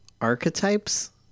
Archetypes